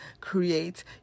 create